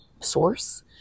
source